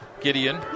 gideon